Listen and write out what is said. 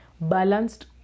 balanced